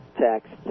text